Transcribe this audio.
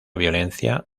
violencia